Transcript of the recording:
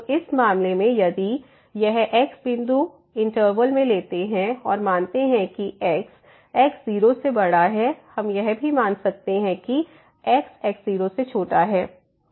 तो इस मामले में यदि यह x बिंदु इंटरवल मैं लेते है और मानते हैं कि x x0 से बड़ा है हम यह भी मान सकते हैं कि x x0से छोटा है